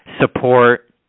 support